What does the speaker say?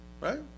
right